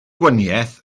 gwahaniaeth